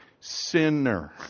Sinner